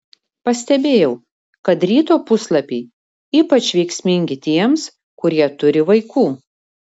pastebėjau kad ryto puslapiai ypač veiksmingi tiems kurie turi vaikų